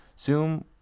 Zoom